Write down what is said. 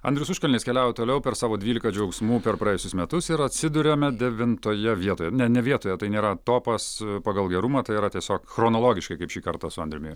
andrius užkalnis keliauja toliau per savo dvylika džiaugsmų per praėjusius metus ir atsiduriame devintoje vietoje ne vietoje tai nėra topas pagal gerumą tai yra tiesiog chronologiškai kaip šį kartą su andriumi